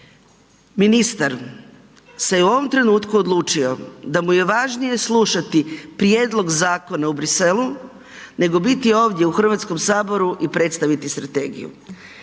Ministar se je u ovom trenutku odlučiti da mu je važnije slušati prijedlog zakona u Briselu nego biti ovdje u HS i predstaviti strategiju.